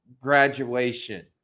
graduation